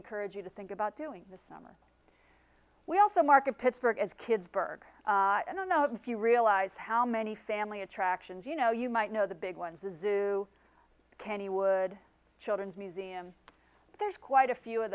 encourage you to think about doing the summer we also market pittsburgh as kids burg i don't know if you realize how many family attractions you know you might know the big ones a zoo kennywood children's museum there's quite a few of